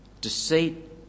deceit